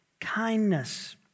kindness